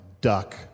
duck